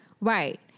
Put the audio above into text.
Right